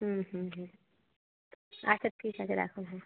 হুম হুম হুম আচ্ছা ঠিক আছে রাখুন হ্যাঁ